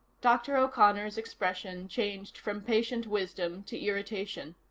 dr. o'connor's expression changed from patient wisdom to irritation.